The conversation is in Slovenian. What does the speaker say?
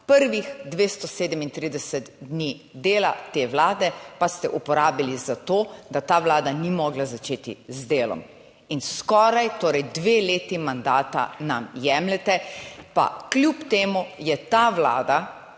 Prvih 237 dni dela te Vlade pa ste uporabili za to, da ta Vlada ni mogla začeti z delom. In skoraj torej dve leti mandata nam jemljete, pa kljub temu je ta Vlada